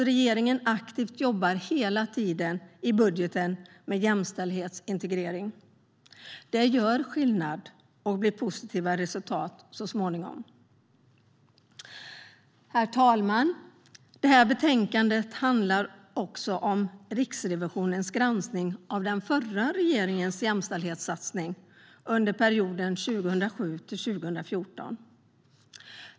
Regeringen jobbar hela tiden med jämställdhetsintegrering i budgeten. Det gör skillnad och kommer att ge positiva resultat så småningom. Det här betänkandet handlar också om Riksrevisionens granskning av den förra regeringens jämställdhetssatsning under perioden 2007-2014.